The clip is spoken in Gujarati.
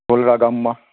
ધોલરા ગામમાં